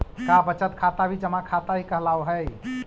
का बचत खाता भी जमा खाता ही कहलावऽ हइ?